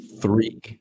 three